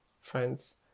friends